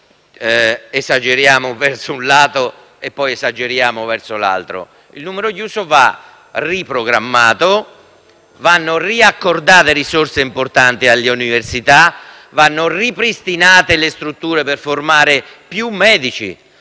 prima esageriamo su un lato e poi sull'altro. Il numero chiuso va riprogrammato; vanno riaccordate risorse importanti alle università; vanno ripristinate le strutture per formare più medici;